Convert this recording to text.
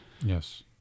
Yes